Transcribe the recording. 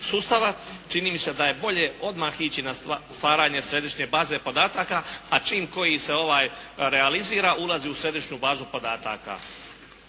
sustava. Čini mi se da je bolje odmah ići na stvaranje središnje baze podataka, a čim koji se ovaj realizira, ulazi u središnju bazu podataka.